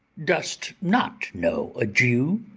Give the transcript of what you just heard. dost not know a jew,